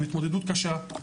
התמודדות קשה,